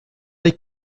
les